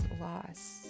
loss